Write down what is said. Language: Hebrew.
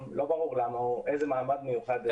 לא ברור איזה מעמד מיוחד יש לו.